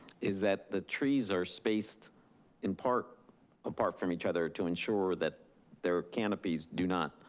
is that the trees are spaced in part apart from each other to ensure that their canopies do not